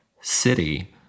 city